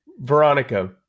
Veronica